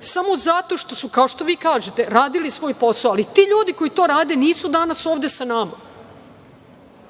samo zato što su, kao što vi kažete, radili svoj posao. Ali, ti ljudi koji to rade nisu danas ovde sa nama